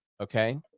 Okay